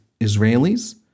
israelis